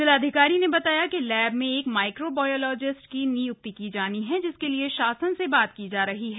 जिलाधिकारी ने बताया कि लैब में एक माइक्रो बायोलॉजिस्ट की निय्क्ति की जानी है जिसके लिए शासन से बात की जा रही है